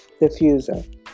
diffuser